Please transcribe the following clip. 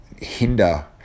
hinder